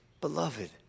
Beloved